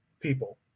people